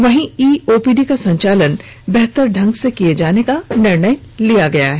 वहीं e OPD का संचालन बेहतर ढंग से किए जाने का निर्णय लिया गया है